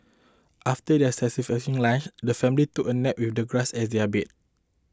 after their satisfying lunch the family took a nap with the grass as their bed